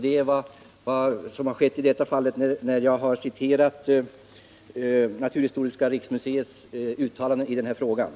Det är också vad som har skett i detta fall, när jag har citerat naturhistoriska riksmuseets uttalanden i ärendet.